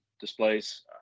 displays